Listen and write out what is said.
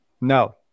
no